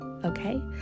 Okay